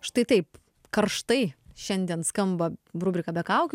štai taip karštai šiandien skamba rubrika be kaukių